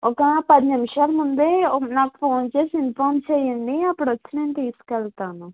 ఒక పది నిమిషాలు ముందే నాకు ఫోన్ చేసి ఇన్ఫామ్ చేయండి అప్పుడు వచ్చి నేను తీసుకెళ్తాను